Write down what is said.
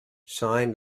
sign